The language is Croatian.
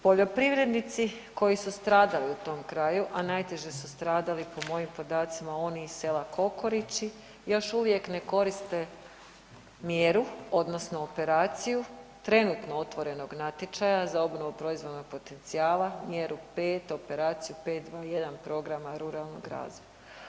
Poljoprivrednici koji su stradali u tom kraju a najteže su stradali po mojim podacima oni iz sela Kokorići, još uvijek ne koriste mjeru odnosno operaciju trenutno otvorenog natječaja za obnovu proizvodnog potencijala, mjeru 5, operaciju 5.2.1,. programa ruralnog razvoja.